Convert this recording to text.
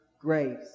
grace